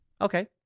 Okay